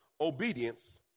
obedience